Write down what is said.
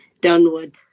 downward